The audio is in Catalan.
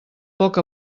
poc